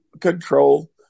control